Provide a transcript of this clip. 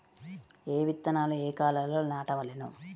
ఏ విత్తనాలు ఏ కాలాలలో నాటవలెను?